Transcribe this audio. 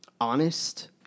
honest